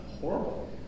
horrible